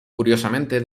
curiosamente